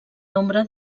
nombre